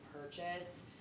purchase